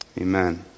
amen